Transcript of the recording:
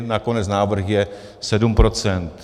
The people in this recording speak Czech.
Nakonec návrh je sedm procent.